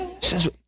says